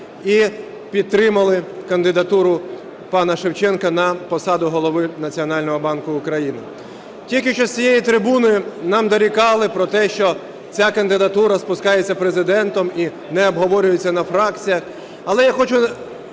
і підтримали кандидатуру пана Шевченка на посаду Голови Національного банку України. Тільки що з цієї трибуни нам дорікали про те, що ця кандидатура спускається Президентом і не обговорюється на фракціях.